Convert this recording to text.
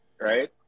right